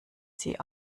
sie